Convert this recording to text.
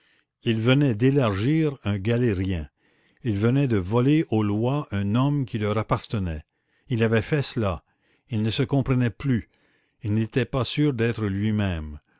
il venait d'élargir un galérien il venait de voler aux lois un homme qui leur appartenait il avait fait cela il ne se comprenait plus il n'était pas sûr d'être lui-même